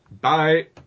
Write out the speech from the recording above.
Bye